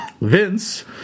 Vince